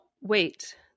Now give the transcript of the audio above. wait